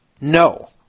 no